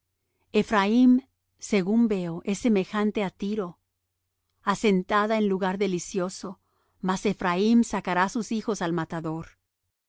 ephraim según veo es semejante á tiro asentada en lugar delicioso mas ephraim sacará sus hijos al matador